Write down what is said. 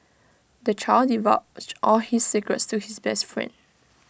the child divulged all his secrets to his best friend